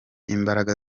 imbaraga